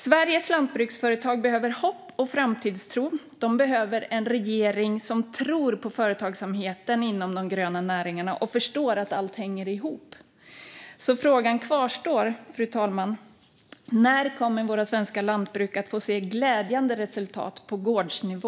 Sveriges lantbruksföretag behöver hopp och framtidstro. De behöver en regering som tror på företagsamheten inom de gröna näringarna och förstår att allting hänger ihop. Frågan kvarstår därför, fru talman: När kommer våra svenska lantbruk att få se glädjande resultat på gårdsnivå?